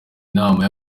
inama